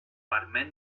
permet